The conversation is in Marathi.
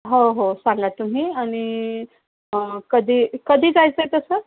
हो हो सांगा तुम्ही आणि कधी कधी जायचं आहे तसं